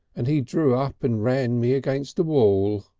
and he drew up and ran me against a wall.